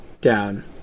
down